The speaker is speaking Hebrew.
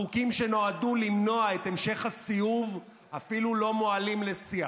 החוקים שנועדו למנוע את המשך הסיאוב אפילו לא מועלים לשיח.